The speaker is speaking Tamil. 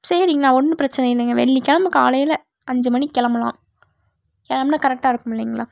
சரிங்கண்ணா ஒன்றும் பிரச்சனையில்லைங்க வெள்ளிக்கிழம காலையில் அஞ்சு மணிக்கு கிளம்பலாம் கிளம்புனா கரெக்டாக இருக்கும் இல்லைங்களா